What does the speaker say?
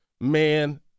man